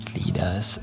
leaders